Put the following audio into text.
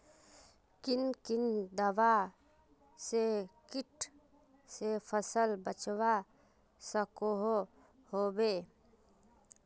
कुन कुन दवा से किट से फसल बचवा सकोहो होबे?